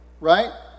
right